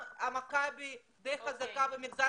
מכבי די חזקה במגזר